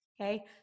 okay